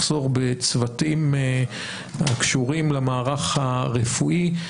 מחסור בצוותים הקשורים למערך הרפואי.